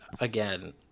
again